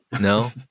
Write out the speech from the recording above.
no